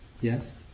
Yes